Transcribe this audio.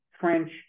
French